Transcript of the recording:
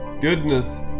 goodness